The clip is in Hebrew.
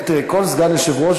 תראי, כל סגן יושב-ראש